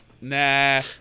Nah